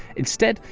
instead,